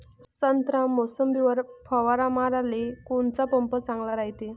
संत्रा, मोसंबीवर फवारा माराले कोनचा पंप चांगला रायते?